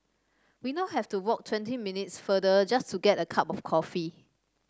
we now have to walk twenty minutes farther just to get a cup of coffee